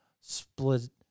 split